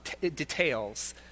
details